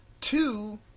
two